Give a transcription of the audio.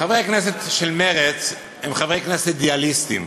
חברי הכנסת של מרצ הם חברי כנסת אידיאליסטים.